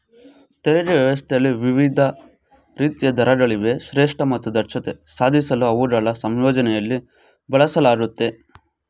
ತೆರಿಗೆ ವ್ಯವಸ್ಥೆಯಲ್ಲಿ ವಿವಿಧ ರೀತಿಯ ದರಗಳಿವೆ ಶ್ರೇಷ್ಠ ಮತ್ತು ದಕ್ಷತೆ ಸಾಧಿಸಲು ಅವುಗಳನ್ನ ಸಂಯೋಜನೆಯಲ್ಲಿ ಬಳಸಲಾಗುತ್ತೆ